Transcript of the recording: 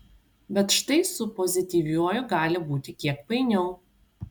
bet štai su pozityviuoju gali būti kiek painiau